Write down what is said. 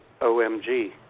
OMG